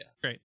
Great